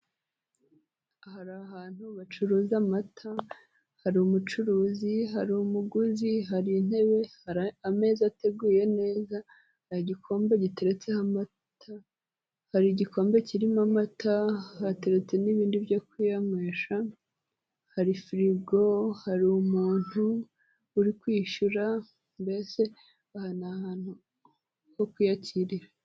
Hari ahantu bacuruza amata, hari umucuruzi, hariru umuguzi, hari intebe, hari ameza ateguye neza, hari igikombe giteretseho amata, hari igikombe kirimo amata, hateretse n'ibindi byo kuyanywesha, hari firigo, hari umuntu uri kwishyura, mbese aha ni ahantu ho kwiyakirira.